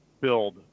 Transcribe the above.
build